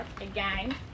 again